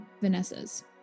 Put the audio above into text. Vanessa's